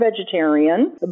vegetarian